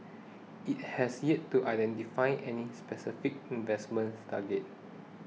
it has yet to identify any specific investment targets